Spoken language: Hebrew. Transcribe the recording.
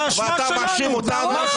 ואתה מאשים אותנו?